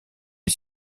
est